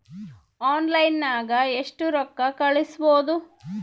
ಆನ್ಲೈನ್ನಾಗ ಎಷ್ಟು ರೊಕ್ಕ ಕಳಿಸ್ಬೋದು